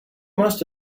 must